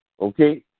okay